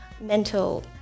mental